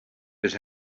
his